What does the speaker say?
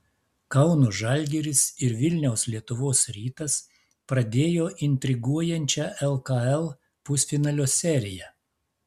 kauno žalgiris ir vilniaus lietuvos rytas pradėjo intriguojančią lkl pusfinalio seriją